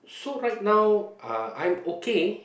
so right now uh I'm okay